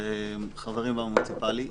חברים במוניציפלי,